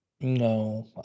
No